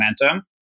momentum